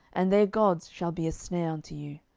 and their gods shall be a snare unto you.